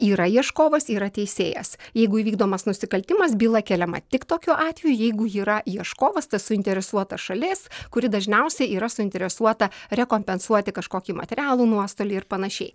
yra ieškovas yra teisėjas jeigu įvykdomas nusikaltimas byla keliama tik tokiu atveju jeigu ji yra ieškovas tas suinteresuota šalis kuri dažniausiai yra suinteresuota rekompensuoti kažkokį materialų nuostolį ir panašiai